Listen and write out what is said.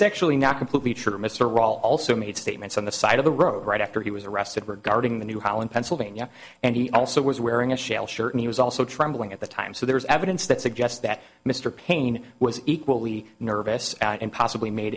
royal also made statements on the side of the road right after he was arrested regarding the new holland pennsylvania and he also was wearing a shell shirt and he was also trembling at the time so there is evidence that suggests that mr paine was equally nervous and possibly made